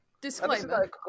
Disclaimer